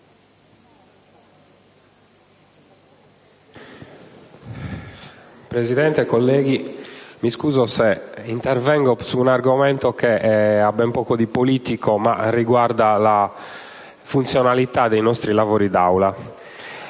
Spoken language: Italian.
Presidente, colleghi, mi scuso se intervengo in merito a un argomento che ha ben poco di politico, ma riguarda la funzionalità dei nostri lavori d'Aula.